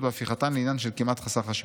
והפיכתן לעניין כמעט חסר חשיבות.